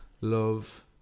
love